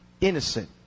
innocent